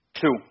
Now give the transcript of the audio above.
Two